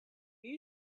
you